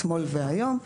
אתמול והיום,